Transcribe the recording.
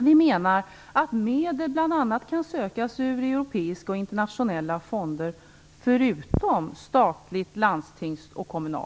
Vi menar att medel bl.a. kan sökas ur europeiska och internationella fonder, förutom stöd från stat, kommuner och landsting.